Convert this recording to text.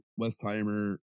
Westheimer